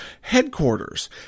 headquarters